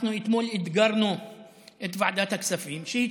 אנחנו אתמול אתגרנו את ועדת הכספים שהיא